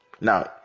now